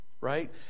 Right